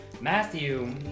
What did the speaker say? Matthew